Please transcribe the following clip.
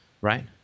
right